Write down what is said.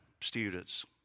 students